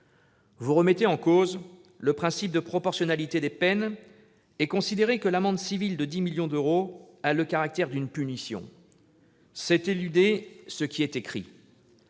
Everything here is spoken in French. Vous remettez en cause le principe de proportionnalité des peines et considérez que l'amende civile de 10 millions d'euros a le caractère d'une punition. C'est éluder ce qui est écrit.